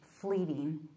fleeting